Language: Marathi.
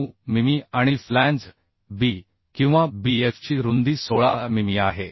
9 मिमी आणि फ्लॅंज बी किंवा बीएफची रुंदी 16 मिमी आहे